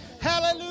Hallelujah